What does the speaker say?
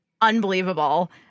unbelievable